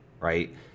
right